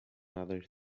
other